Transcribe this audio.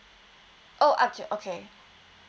oh okay okay